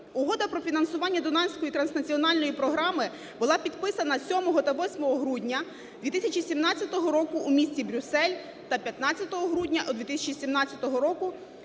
Угода про фінансування Дунайської транснаціональної програми була підписана 7 та 8 грудня 2017 року у місті Брюссель та 15 грудня 2017 року